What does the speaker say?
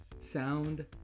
sound